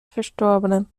verstorbenen